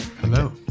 Hello